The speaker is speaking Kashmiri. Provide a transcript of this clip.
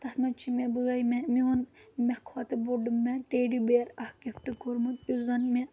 تَتھ منٛز چھِ مےٚ بٲے مےٚ میون مےٚ کھۄتہٕ بوٚڑ مےٚ ٹیڈی بیر اَکھ گفٹ کوٚرمُت یُس زَن مےٚ